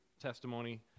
testimony